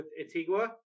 Antigua